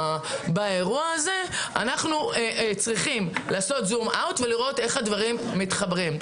באירוע הזה אנחנו צריכים לעשות זום אאוט ולראות איך הדברים מתחברים.